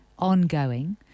ongoing